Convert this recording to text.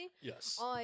Yes